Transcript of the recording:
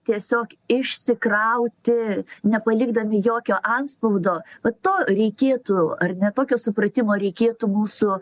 tiesiog išsikrauti nepalikdami jokio antspaudo to reikėtų ar ne tokio supratimo reikėtų mūsų